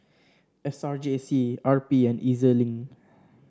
S R J C R P and E Z Link